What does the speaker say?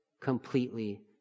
completely